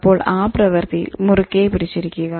അപ്പോൾ ആ പ്രവർത്തിയിൽ മുറുകെ പിടിച്ചിരിക്കുക